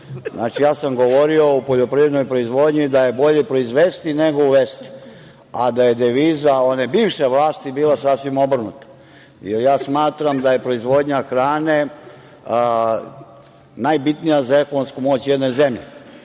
Znači, ja sam govorio o poljoprivrednoj proizvodnji da je bolje proizvesti nego uvesti, a da je deviza one bivše vlasti bila sasvim obrnuta. Ja smatram da je proizvodnja hrane najbitnija za ekonomsku moć jedne zemlje